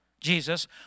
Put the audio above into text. Jesus